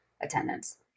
Attendance